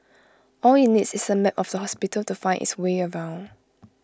all IT needs is A map of the hospital to find its way around